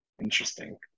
Interesting